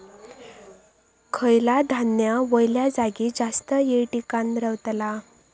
खयला धान्य वल्या जागेत जास्त येळ टिकान रवतला?